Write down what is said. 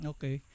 Okay